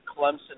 Clemson